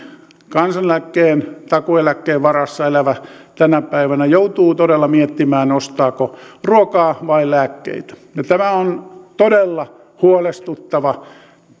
kansaneläkkeen ja takuueläkkeen varassa elävä joutuu todella miettimään ostaako ruokaa vai lääkkeitä ja tämä on todella huolestuttava